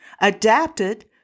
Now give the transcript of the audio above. adapted